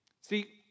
See